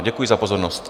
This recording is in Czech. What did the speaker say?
Děkuji za pozornost.